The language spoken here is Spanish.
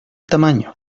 tamaño